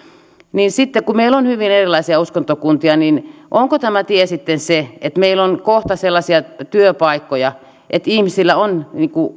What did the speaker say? niin sitten kun meillä on hyvin erilaisia uskontokuntia niin onko tämä tie sitten se että meillä on kohta sellaisia työpaikkoja että ihmisillä on